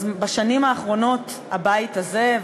בשנים האחרונות הבית הזה,